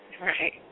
Right